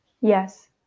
Yes